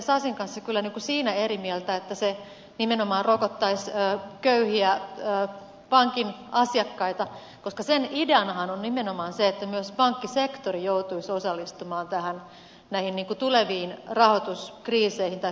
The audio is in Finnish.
sasin kanssa siinä eri mieltä että se nimenomaan rokottaisi köyhiä pankin asiakkaita koska sen ideanahan on nimenomaan se että myös pankkisektori joutuisi osallistumaan näihin tuleviin rahoituskriiseihin tai finanssikriiseihin